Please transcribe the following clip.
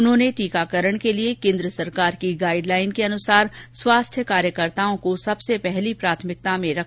उन्होंने टीकाकरण के लिए केन्द्र सरकार की गाइड लाइन के अनुसार स्वास्थ्य कार्यकर्ताओं को सबसे पहली प्राथमिकता में रखने के निर्देश दिए